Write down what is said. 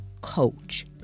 coach